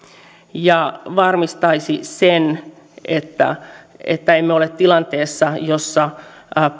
ja varmistaisi sen että että emme ole tilanteessa jossa